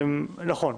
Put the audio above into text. נכון,